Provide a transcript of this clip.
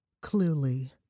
clearly